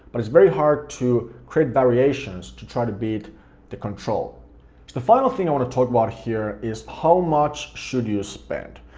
but it's very hard to create variations to try to beat the control the final thing i want to talk about here is how much should you spend,